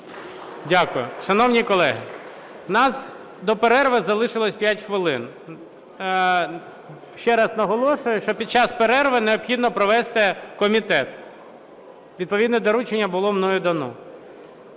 Дякую. Шановні колеги! В нас до перерви залишилось 5 хвилин. Ще раз наголошую, що під час перерви необхідно провести комітет, відповідне доручення було мною дано.